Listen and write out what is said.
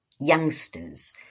youngsters